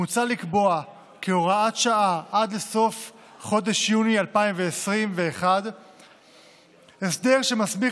מוצע לקבוע כהוראת שעה עד לסוף חודש יוני 2021 הסדר שמסמיך